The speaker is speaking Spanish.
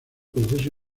proceso